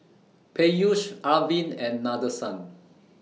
Peyush Arvind and Nadesan